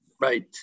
right